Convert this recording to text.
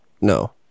No